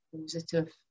positive